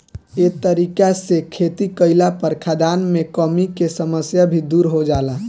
ए तरीका से खेती कईला पर खाद्यान मे कमी के समस्या भी दुर हो जाला